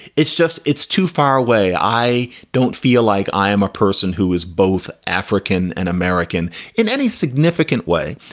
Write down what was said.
it's just it's too far away. i don't feel like i am a person who is both african and american in any significant way.